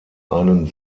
einen